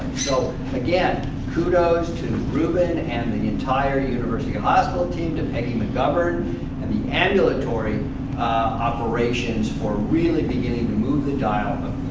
so again kudos to reuven and the entire university and hospital team, to peggy mcgovern and the ambulatory operations for really beginning to move the dial of